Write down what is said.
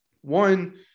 one